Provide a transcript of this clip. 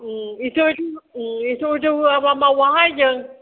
एथ' एथ' एथ' होआबा मावाहाय जों